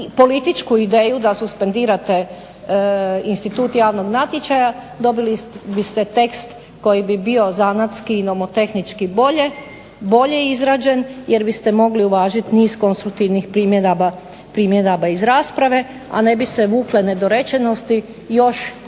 političku ideju da suspendirate institut javnog natječaja dobili biste tekst koji bi bio zanatski i nomotehnički bolje izrađen jer biste mogli uvažiti niz konstruktivnih primjedaba iz rasprave, a ne bi se vukle nedorečenosti još i iz